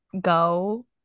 go